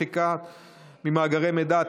מחיקה ממאגרי מידע),